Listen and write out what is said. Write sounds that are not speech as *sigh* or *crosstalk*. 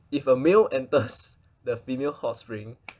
if a male enters the female hot spring *noise*